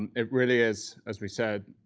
and it really is, as we said,